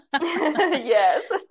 Yes